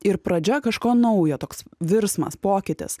ir pradžia kažko naujo toks virsmas pokytis